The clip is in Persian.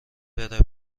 بره